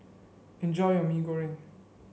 enjoy your Mee Goreng